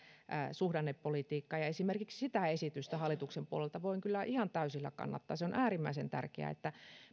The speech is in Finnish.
suhdannepolitiikkaa ja esimerkiksi sitä esitystä hallituksen puolelta voin kyllä ihan täysillä kannattaa on äärimmäisen tärkeää että